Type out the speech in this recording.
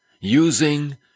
using